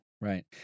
Right